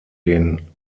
den